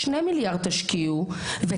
תשקיעו רק-2 מיליארד שקלים,